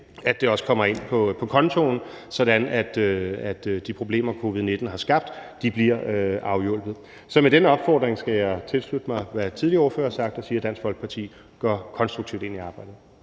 at det kommer ind på kontoen, sådan at de problemer, som covid-19 har skabt, bliver afhjulpet. Så med den opfordring skal jeg tilslutte mig, hvad tidligere ordførere har sagt, og sige, at Dansk Folkeparti går konstruktivt ind i arbejdet.